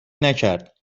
نکرد